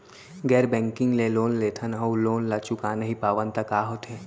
गैर बैंकिंग ले लोन लेथन अऊ लोन ल चुका नहीं पावन त का होथे?